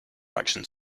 actions